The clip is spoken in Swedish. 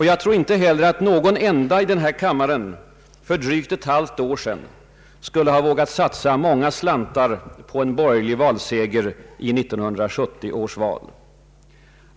Jag tror inte heller att någon enda i denna kammare för drygt ett halvt år sedan skulle ha vågat satsa många slantar på en borgerlig valseger i 1970 års val.